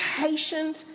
patient